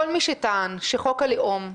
כל מי שטען שחוק הלאום,